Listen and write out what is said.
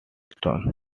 storm